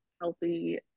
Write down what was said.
healthy